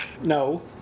No